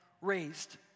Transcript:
raised